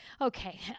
Okay